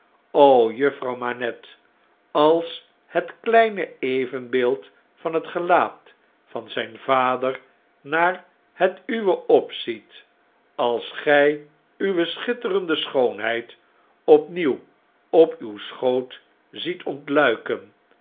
o juffrouw manette ls het kleine evenbeeld van het gelaat van zyn rader naar het uwe opziet als gij uwe schitterende schoonheid opnieuw op uw schoot ziet ontluiken